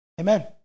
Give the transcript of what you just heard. Amen